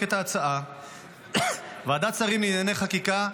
את ההצעה ועדת שרים לענייני חקיקה,